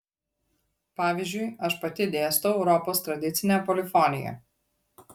pavyzdžiui aš pati dėstau europos tradicinę polifoniją